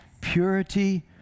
purity